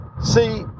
see